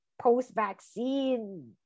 post-vaccine